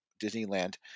Disneyland